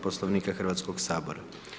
Poslovnika Hrvatskog sabora.